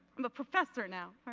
am a professor now.